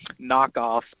knockoff